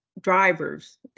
drivers